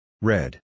Red